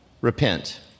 repent